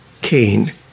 Cain